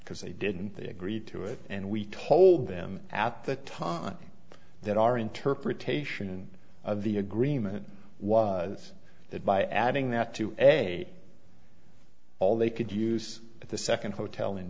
because they didn't agree to it and we told them at the time that our interpretation of the agreement was that by adding that to pay all they could use the second hotel in